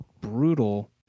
brutal